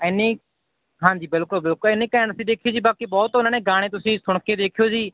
ਐਨੀ ਹਾਂਜੀ ਬਿਲਕੁਲ ਬਿਲਕੁਲ ਐਨੀ ਘੈਂਟ ਸੀ ਦੇਖਿਓ ਜੀ ਬਾਕੀ ਬਹੁਤ ਉਹਨਾਂ ਨੇ ਗਾਣੇ ਤੁਸੀਂ ਸੁਣ ਕੇ ਦੇਖਿਓ ਜੀ